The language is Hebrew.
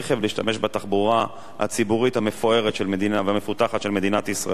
להשתמש בתחבורה הציבורית המפוארת והמפותחת של מדינת ישראל,